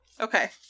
Okay